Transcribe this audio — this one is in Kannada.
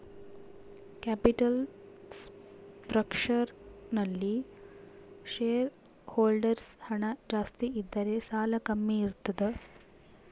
ಕ್ಯಾಪಿಟಲ್ ಸ್ಪ್ರಕ್ಷರ್ ನಲ್ಲಿ ಶೇರ್ ಹೋಲ್ಡರ್ಸ್ ಹಣ ಜಾಸ್ತಿ ಇದ್ದರೆ ಸಾಲ ಕಮ್ಮಿ ಇರ್ತದ